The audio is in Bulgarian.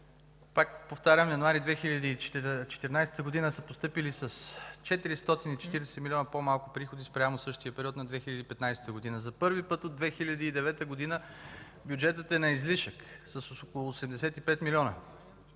Пак повтарям, месец януари 2014 г. са постъпили с 440 милиона по-малко приходи спрямо същия период на 2015 г . За първи път от 2009 г. бюджетът е на излишък с около 85 милиона.